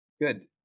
Good